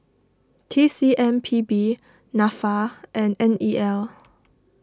T C M P B Nafa and N E L